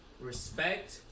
respect